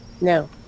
No